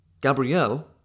Gabrielle